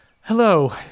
hello